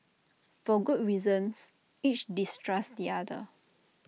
for good reasons each distrusts the other